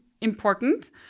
important